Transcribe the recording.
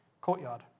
courtyard